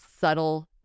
subtle